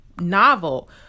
novel